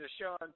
Sean